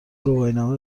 گواهینامه